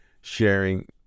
sharing